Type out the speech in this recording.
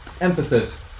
emphasis